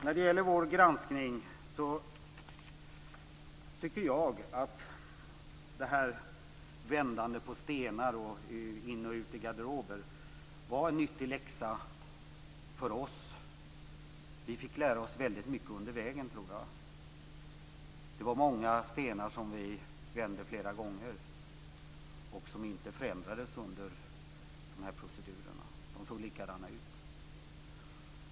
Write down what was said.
När det gäller vår granskning tycker jag att detta vändande på stenar och in och ut i garderober var en nyttig läxa för oss. Jag tror att vi fick lära oss väldigt mycket under vägen. Det var många stenar som vi vände flera gånger och som inte förändrades under de här procedurerna. De såg likadana ut.